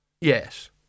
yes